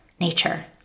Nature